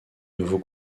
nouveau